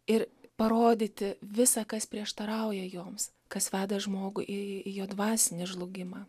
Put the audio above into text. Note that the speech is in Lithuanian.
ir parodyti visa kas prieštarauja joms kas veda žmogų į į jo dvasinį žlugimą